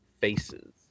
faces